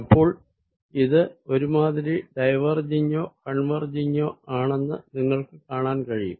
അപ്പോൾ ഇത് ഒരു മാതിരി ഡൈവേർജിങ്ങോ കോൺവെർജിങ്ങോ ആണെന്ന് നിങ്ങൾക്ക് കാണാൻ കഴിയും